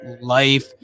life